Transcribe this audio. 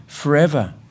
Forever